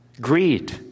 Greed